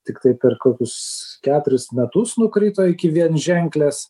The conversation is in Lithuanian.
tiktai per kokius keturis metus nukrito iki vienženklės